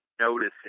noticing